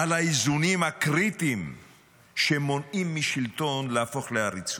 על האיזונים הקריטיים שמונעים משלטון להפוך לעריצות.